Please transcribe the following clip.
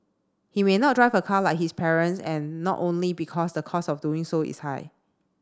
he may not drive a car like his parents and not only because the cost of doing so is high